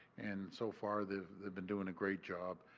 and so far, they have been doing a great job.